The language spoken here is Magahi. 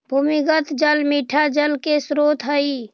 भूमिगत जल मीठा जल के स्रोत हई